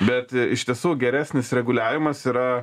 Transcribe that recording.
bet iš tiesų geresnis reguliavimas yra